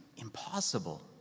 impossible